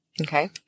Okay